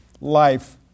life